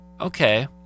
okay